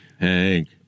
Hank